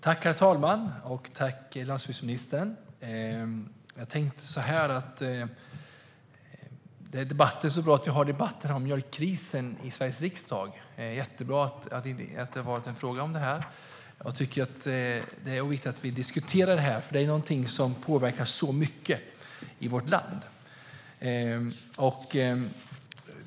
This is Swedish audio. Herr talman! Tack, landsbygdsministern! Det är bra att vi har debatter om mjölkkrisen i Sveriges riksdag och jättebra att det har kommit en fråga om det här. Det är viktigt att vi diskuterar detta, för det är någonting som påverkar mycket i vårt land.